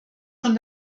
von